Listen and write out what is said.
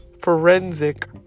forensic